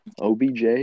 OBJ